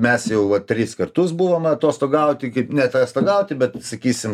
mes jau va tris kartus buvome atostogauti kaip neatostogauti bet sakysim